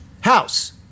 House